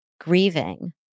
grieving